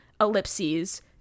ellipses